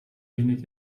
wenig